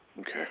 Okay